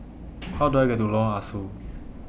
How Do I get to Lorong Ah Soo